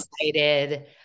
excited